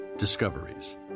Discoveries